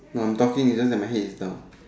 no I'm talking it's just that my head is down